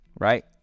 right